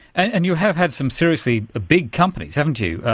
and you have had some seriously ah big companies, haven't you,